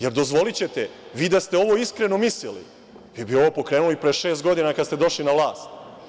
Jer, dozvolićete, vi da ste ovo iskreno mislili, vi bi ovo pokrenuli pre šest godina kada ste došli na vlast.